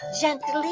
gently